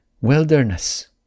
wilderness